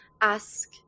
ask